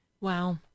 Wow